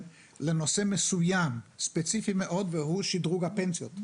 לנושא מסוים ספציפי מאוד והוא שדרוג הפנסיות.